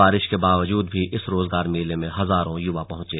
बारिश के बावजूद भी इस रोजगार मेले में हजारों युवा पहुंचे